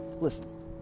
Listen